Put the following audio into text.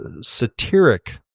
satiric